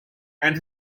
and